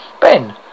Ben